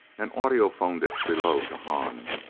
and audiphoned it below to hahn.